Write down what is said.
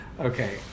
Okay